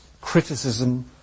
criticism